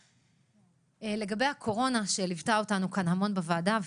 לגבי הקורונה שליוותה אותנו המון בוועדה,